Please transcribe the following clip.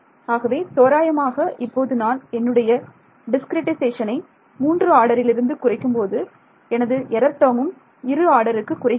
ஆகவே தோராயமாக இப்போது நான் என்னுடைய டிஸ்கிரிட்டைசேஷனை 3 ஆர்டரிலிருந்து குறைக்கும்போது எனது எரர் டேர்மும் இரு ஆர்டருக்கு குறைகிறது